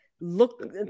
look